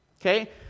okay